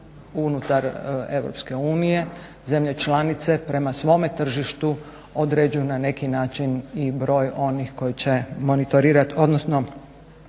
unije, zemlje članice prema svome tržištu određuju na neki način i broj onih koji će monitorirati, odnosno